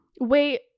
wait